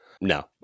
No